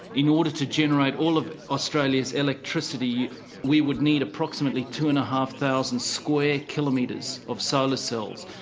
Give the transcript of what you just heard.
in order to generate all of australia's electricity we would need approximately two and a half thousand square kilometres of solar cells.